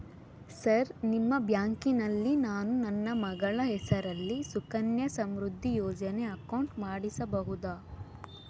Sir ನಿಮ್ಮ ಬ್ಯಾಂಕಿನಲ್ಲಿ ನಾನು ನನ್ನ ಮಗಳ ಹೆಸರಲ್ಲಿ ಸುಕನ್ಯಾ ಸಮೃದ್ಧಿ ಯೋಜನೆ ಅಕೌಂಟ್ ಮಾಡಿಸಬಹುದಾ?